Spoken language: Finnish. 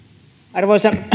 arvoisa